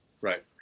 Right